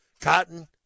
cotton